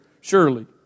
surely